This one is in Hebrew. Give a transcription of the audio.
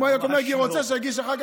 אם יעקב מרגי רוצה, שיגיש אחר כך,